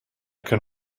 can